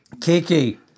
Kiki